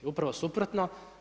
Upravo suprotno.